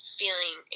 feeling